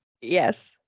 Yes